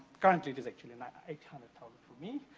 currently, there's actually and and eight hundred thousand for me.